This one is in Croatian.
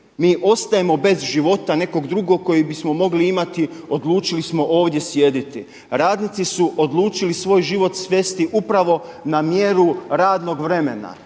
mi ostajemo bez života nekog drugog kojeg bismo mogli imati, odlučili smo ovdje sjediti. Radnicu su odlučili svoje život svesti upravo na mjeru radnog vremena